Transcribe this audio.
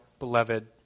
Beloved